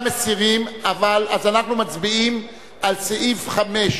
כולם מסירים, אנחנו מצביעים על סעיף 5,